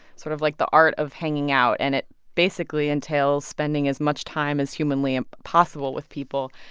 sort of like the art of hanging out. and it basically entails spending as much time as humanly ah possible with people.